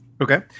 Okay